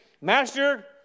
Master